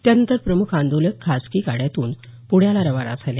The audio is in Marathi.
त्यानंतर प्रमुख आंदोलक खाजगी गाड्यातून पुण्याला खाना झाले